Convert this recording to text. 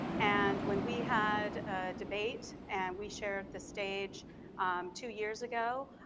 and when we had debate and we shared the stage two years ago,